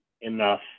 enough